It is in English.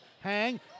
Hang